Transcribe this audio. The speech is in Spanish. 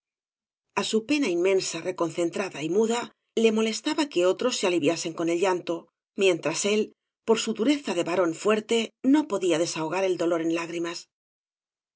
a su pena inmensa reconcentrada y muda le molestaba que otros se aliviasen con el llantoi mientras él por su dureza de varón fuerte no podía desahogar el dolor en lágrimas